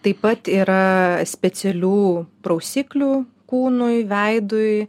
taip pat yra specialių prausiklių kūnui veidui